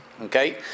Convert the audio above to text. Okay